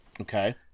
Okay